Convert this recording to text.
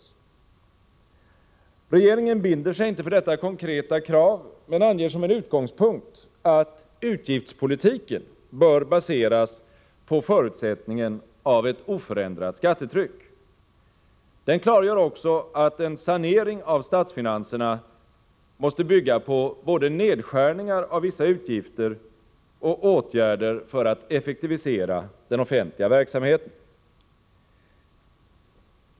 Regeringen binder sig inte för detta konkreta krav, men anger som en utgångspunkt att utgiftspolitiken bör baseras på förutsättningen av ett oförändrat skattetryck. Den klargör också att en sanering av statsfinanserna måste bygga på både nedskärningar av vissa utgifter och åtgärder för att effektivisera den offentliga verksamheten.